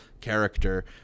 character